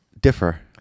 differ